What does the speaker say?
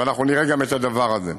ואנחנו נראה גם את הדבר הזה.